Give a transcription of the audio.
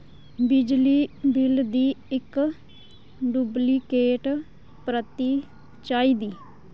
बिजली बिल दी इक डुप्लीकेट प्रति चाहिदी